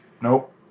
Nope